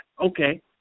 Okay